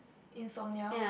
insomnia